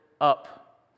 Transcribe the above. up